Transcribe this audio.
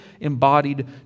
embodied